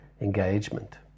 engagement